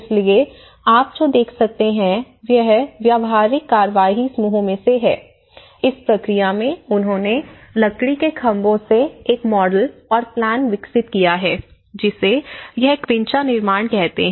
इसलिए आप जो देख सकते हैं वह व्यावहारिक कार्रवाई समूहों में से है इस प्रक्रिया में उन्होंने लकड़ी के खंभों से एक मॉडल और प्लान विकसित किया है जिसे यह क्विंचा निर्माण कहते हैं